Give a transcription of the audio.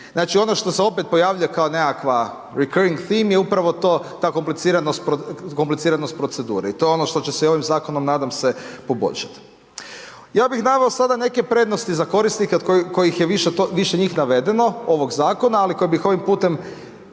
Znači, ono što se opet pojavljuje kao nekakva recoring time je upravo to, ta kompliciranost procedure. I to je ono što se i ovim zakonom nadam se poboljšati. Ja bih naveo sada neke prednosti za korisnike od kojih je više njih navedeno ovog zakona, ali koje bih ovim putem